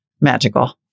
magical